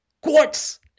Quartz